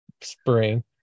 Spring